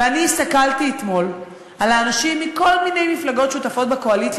ואני הסתכלתי אתמול על האנשים מכל מיני מפלגות שותפות בקואליציה,